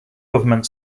government